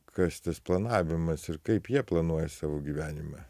kas tas planavimas ir kaip jie planuoja savo gyvenimą